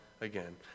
again